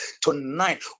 tonight